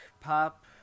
pop